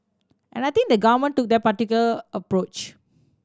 and I think the Government took that particular approach